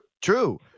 true